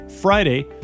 Friday